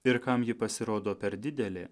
ir kam ji pasirodo per didelė